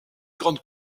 grande